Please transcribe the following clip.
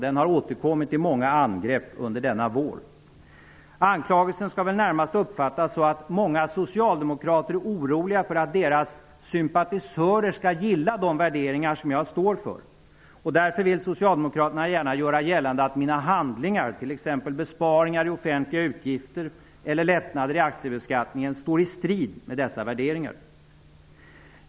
Den har återkommit i många angrepp denna vår. Anklagelsen skall väl närmast uppfattas så att många socialdemokrater är oroliga för att deras sympatisörer skall gilla de värderingar som jag står för. Därför vill Socialdemokraterna gärna göra gällande att mina handlingar, t.ex. besparingar i offentliga utgifter eller lättnader i aktiebeskattningen, står i strid med dessa värderingar.